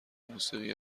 موسیقی